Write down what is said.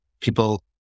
people